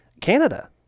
Canada